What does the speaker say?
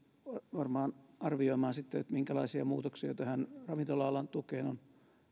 varmaan arvioimaan sitten minkälaisia muutoksia tähän ravintola alan tukeen on